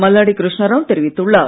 மல்லாடி கிருஷ்ணராவ் தெரிவித்துள்ளார்